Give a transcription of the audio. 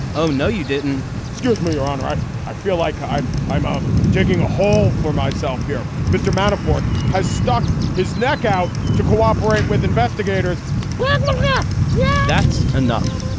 oh, no, you didn't excuse me, your honor. i i feel like i'm i'm ah digging a hole for myself here. mr. manafort has stuck his neck out to cooperate with investigators but yeah that's enough.